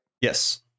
Yes